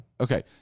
Okay